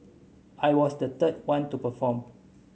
I was the third one to perform